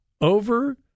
Over